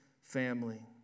family